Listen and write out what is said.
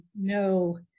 No